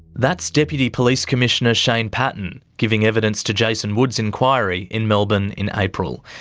that's deputy police commissioner shane patton giving evidence to jason wood's inquiry in melbourne in april.